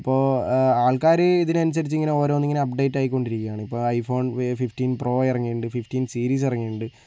ഇപ്പോൾ ആൾക്കാര് ഇതിനനുസരിച്ചിങ്ങനെ ഓരോന്നും അപ്ഡേറ്റായിക്കൊണ്ടിരിക്കുകയാണ് ഇപ്പോൾ ഐഫോൺ വേ ഫിഫ്റ്റീൻ പ്രൊ ഇറങ്ങിയിട്ടുണ്ട് ഫിഫ്റ്റീൻ സീരിസ് ഇറങ്ങിയിട്ടുണ്ട്